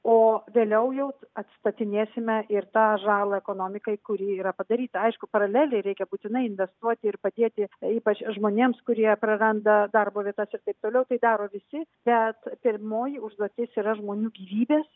o vėliau jau atstatinėsime ir tą žalą ekonomikai kuri yra padaryta aišku paraleliai reikia būtinai investuoti ir padėti ypač žmonėms kurie praranda darbo vietas ir taip toliau tai daro visi bet pirmoji užduotis yra žmonių gyvybės